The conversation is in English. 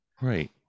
right